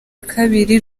kabiri